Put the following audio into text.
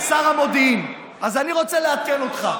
אלעזר שטרן, שר המודיעין, אז אני רוצה לעדכן אותך: